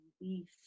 belief